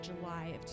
July